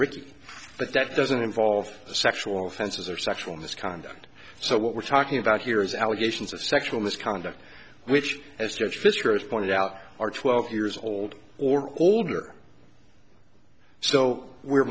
ricky but that doesn't involve sexual offenses or sexual misconduct so what we're talking about here is allegations of sexual misconduct which as you're fisher is pointed out are twelve years old or older so we